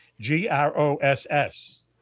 G-R-O-S-S